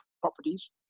properties